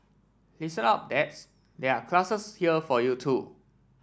listen up dads there are classes here for you too